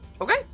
Okay